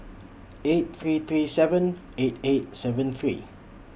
eight three three seven eight eight seven three